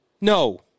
No